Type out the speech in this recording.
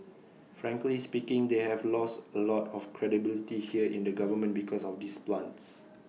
frankly speaking they have lost A lot of credibility here in the government because of these plants